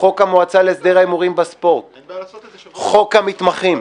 חוק המועצה להסדר ההימורים בספורט, חוק המתמחים,